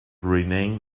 renamed